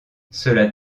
cela